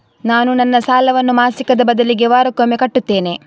ನಾನು ನನ್ನ ಸಾಲವನ್ನು ಮಾಸಿಕದ ಬದಲಿಗೆ ವಾರಕ್ಕೊಮ್ಮೆ ಕಟ್ಟುತ್ತೇನೆ